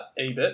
EBIT